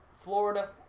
Florida